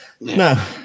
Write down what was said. No